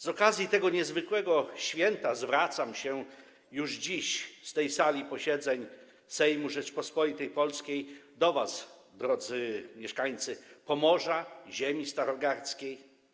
Z okazji tego niezwykłego święta zwracam się już dziś z tej sali posiedzeń Sejmu Rzeczypospolitej Polskiej do was, drodzy mieszkańcy Pomorza, ziemi starogardzkiej.